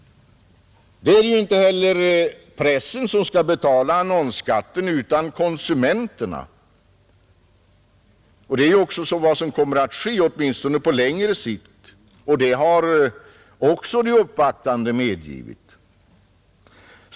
Det är ju inte heller meningen att pressen skall betala annonsskatten, utan konsumenterna, och det är också vad som kommer att ske, åtminstone på längre sikt. Det har också de uppvaktande medgivit.